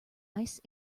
ice